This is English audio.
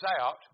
out